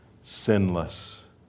sinless